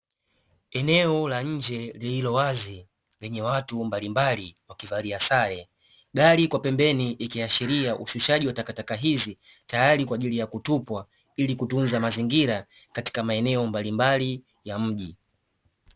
Eneo la nje lililowazi lenye watu mbalimbali, wakivalia sare gari kwa pembeni ikiashiria ushishaji wa takataka hizi tayari kwajili ya kutupwa ili kutunza mazingira katika maeneo mbalimbali ya mji.